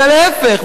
אלא להיפך.